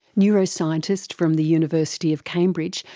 neuroscientist from the university of cambridge,